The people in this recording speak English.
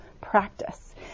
practice